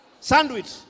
sandwich